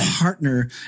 partner